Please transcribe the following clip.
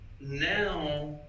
Now